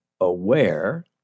aware